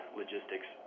logistics